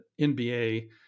NBA